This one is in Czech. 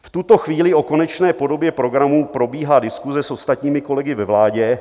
V tuto chvíli o konečné podobě programu probíhá diskuse s ostatními kolegy ve vládě.